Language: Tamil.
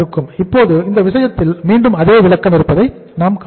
இப்போது இந்த விஷயத்தில் மீண்டும் அதே விளக்கம் இருப்பதை நாம் காணலாம்